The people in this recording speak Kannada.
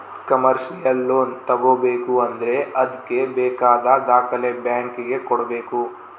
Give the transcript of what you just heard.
ಕಮರ್ಶಿಯಲ್ ಲೋನ್ ತಗೋಬೇಕು ಅಂದ್ರೆ ಅದ್ಕೆ ಬೇಕಾದ ದಾಖಲೆ ಬ್ಯಾಂಕ್ ಗೆ ಕೊಡ್ಬೇಕು